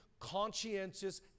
Conscientious